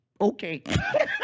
Okay